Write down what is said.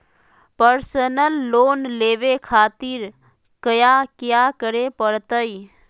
Personal loan लेवे खातिर कया क्या करे पड़तइ?